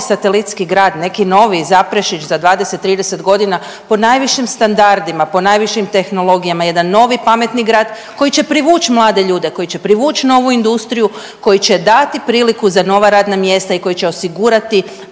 satelitski grad, neki novi Zaprešić za 20, 30 godina po najvišim standardima, po najvišim tehnologijama jedan novi pametni grad koji će privuć mlade ljude, koji će privuć novu industriju koji će dati priliku za nova radna mjesta koji će osigurati